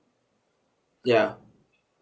ya